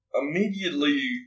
Immediately